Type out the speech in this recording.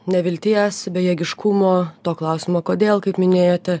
nevilties bejėgiškumo to klausimo kodėl kaip minėjote